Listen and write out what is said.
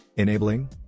Enabling